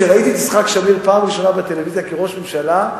כשראיתי את יצחק שמיר פעם ראשונה בטלוויזיה כראש ממשלה,